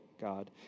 God